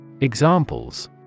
Examples